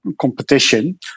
competition